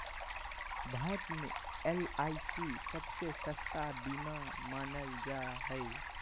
भारत मे एल.आई.सी सबसे सस्ता बीमा मानल जा हय